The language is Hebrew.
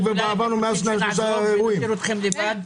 אולי נשאיר את שניכם לבד?